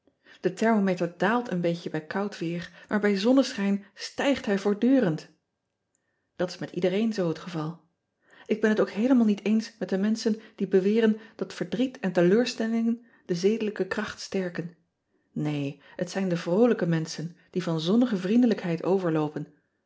de thermometer daalt een beetje bij koud weer maar bij zonneschijn stijgt hij voortdurend at is met iedereen zoo het geval k ben het ook heelemaal niet eens met de menschen die beweren dat verdriet en teleurstellingen de zedelijke kracht sterken een het zijn de vroolijk menschen die van zonnige vriendelijkheid overloopen